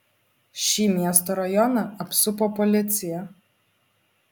šį miesto rajoną apsupo policija